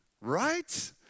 Right